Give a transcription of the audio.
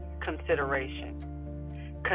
consideration